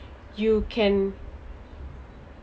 you can